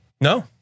No